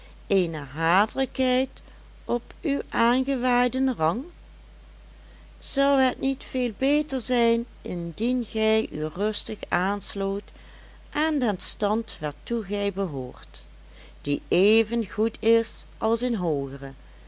eene hatelijkheid op uw aangewaaiden rang zou het niet veel beter zijn indien gij u rustig aansloot aan den stand waartoe gij behoort die even goed is als een hoogere